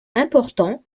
important